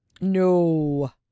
No